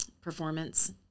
performance